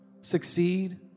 succeed